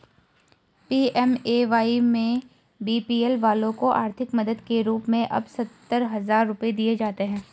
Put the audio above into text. PMAY में BPL वालों को आर्थिक मदद के रूप में अब सत्तर हजार रुपये दिए जाते हैं